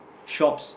shops